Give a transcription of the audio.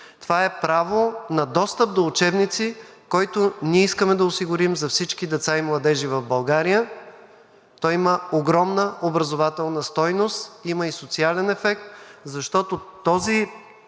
това е право на достъп до учебници, който ние искаме да осигурим за всички деца и младежи в България. Той има огромна образователна стойност, има и социален ефект, защото този